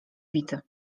bity